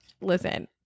listen